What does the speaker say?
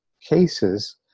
cases